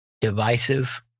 divisive